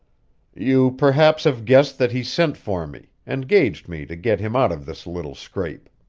you perhaps have guessed that he sent for me engaged me to get him out of this little scrape.